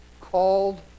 Called